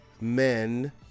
men